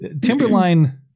Timberline